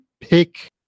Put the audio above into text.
pick